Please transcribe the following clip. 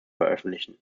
veröffentlichen